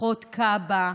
כוחות כב"א,